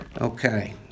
Okay